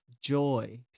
joy